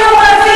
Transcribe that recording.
שהם יהיו רעבים?